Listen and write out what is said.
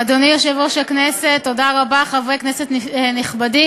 אדוני היושב-ראש, תודה רבה, חברי כנסת נכבדים,